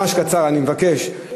ממש קצר, אני מבקש.